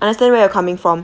understand where you're coming from